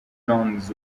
jones